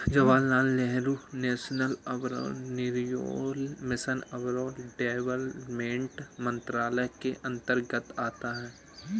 Jawaharlal Nehru national urban renewal mission urban development मंत्रालय के अंतर्गत आता है